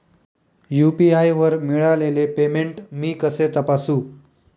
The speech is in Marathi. यू.पी.आय वर मिळालेले पेमेंट मी कसे तपासू?